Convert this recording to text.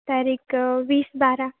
तारीख वीस बारा